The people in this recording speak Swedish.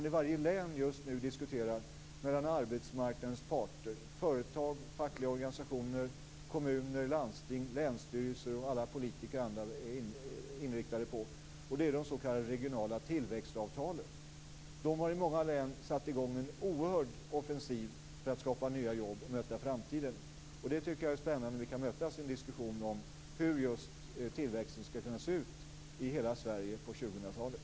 I varje län diskuterar arbetsmarknadens parter, företag, fackliga organisationer, kommuner, landsting, länsstyrelser och politiker just nu de s.k. regionala tillväxtavtalen. I många län har de satt i gång en oerhörd offensiv för att skapa nya jobb och möta framtiden. Jag tycker att det är spännande om vi kan mötas i en diskussion om hur just tillväxten skall kunna se ut i hela Sverige på 2000